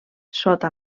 sota